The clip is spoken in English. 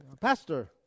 Pastor